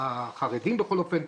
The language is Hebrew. החרדים בכל אופן,